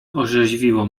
orzeźwiło